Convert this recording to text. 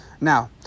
now